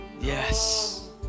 Yes